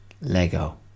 Lego